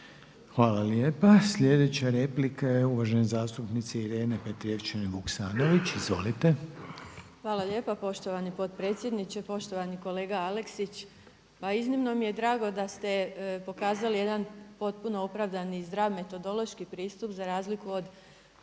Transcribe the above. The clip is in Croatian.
Hvala lijepa. Sljedeća replika je uvažene zastupnice Irene Petrijevčanin Vuksanović, izvolite. **Petrijevčanin Vuksanović, Irena (HDZ)** Hvala lijepa poštovani potpredsjedniče. Poštovani kolega Aleksić pa iznimno mi je drago da ste pokazali jedan potpuno opravdani i zdrav metodološki pristup za razliku od